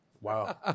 Wow